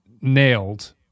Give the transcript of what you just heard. nailed